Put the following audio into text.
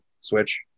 switch